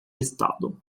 estado